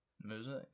music